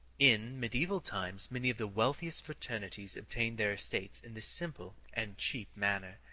in mediaeval times many of the wealthiest fraternities obtained their estates in this simple and cheap manner,